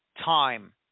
time